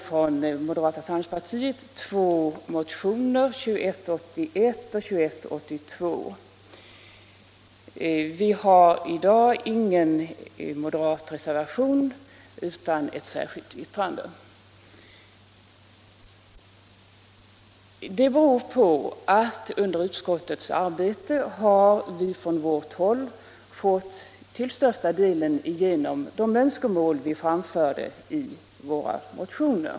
Från moderata samlingspartiet hade vi väckt två motioner i denna fråga, motionerna 2181 och 2182, men i dag har vi ingen moderat reservation utan endast ett särskilt yttrande.. Detta beror på att vi under utskottets arbete till största delen har fått igenom de önskemål vi framförde i våra motioner.